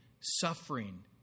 suffering